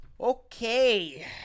okay